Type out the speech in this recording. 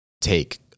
take